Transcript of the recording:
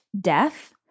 death